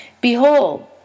Behold